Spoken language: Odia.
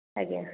ଆଜ୍ଞା